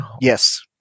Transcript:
Yes